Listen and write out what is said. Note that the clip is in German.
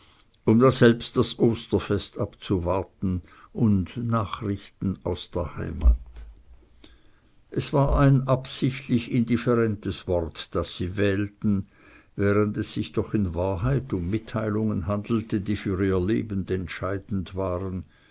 um daselbst das osterfest abzuwarten und nachrichten aus der heimat es war ein absichtlich indifferentes wort das sie wählten während es sich doch in wahrheit um mitteilungen handelte die für ihr leben entscheidend waren